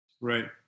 Right